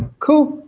cool,